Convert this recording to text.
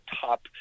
top